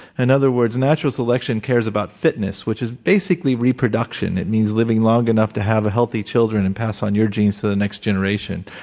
and other words, natural selection care s about fitness, which is basically reproduction. it means living long enough to have healthy children and pass on your genes to the next generation.